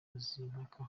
mazimpaka